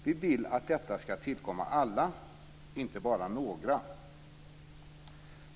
Vi vill att detta skall tillkomma alla, inte bara några.